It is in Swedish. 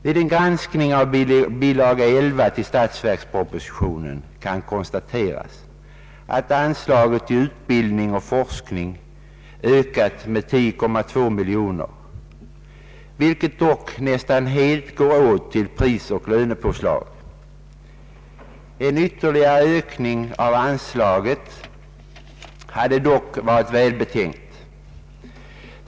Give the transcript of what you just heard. Vid en granskning av bilaga 11 till statsverkspropositionen kan konstateras att anslaget till utbildning och forskning ökat med 10,2 miljoner, vilket dock nästan helt går åt till prisoch lönepåslag. En ytterligare ökning av anslaget hade varit välbetänkt.